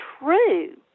true